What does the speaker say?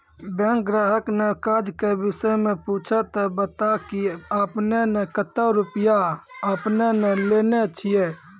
Bank ग्राहक ने काज के विषय मे पुछे ते बता की आपने ने कतो रुपिया आपने ने लेने छिए?